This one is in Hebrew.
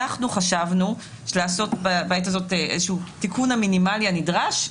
אנחנו חשבנו לעשות בעת הזאת איזשהו תיקון המינימלי הנדרש,